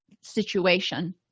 situation